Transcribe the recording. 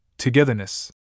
togetherness